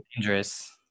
Dangerous